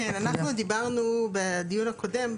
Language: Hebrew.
אנחנו דיברנו בדיון הקודם,